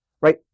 right